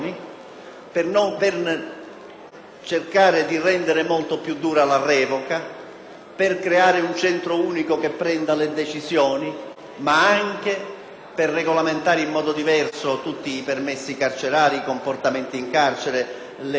cercare di rendere molto più difficile la revoca, per creare un centro unico che prenda le decisioni, ma anche per regolamentare in modo diverso tutti i permessi carcerari, i comportamenti in carcere, le cose che i detenuti possono fare,